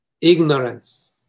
ignorance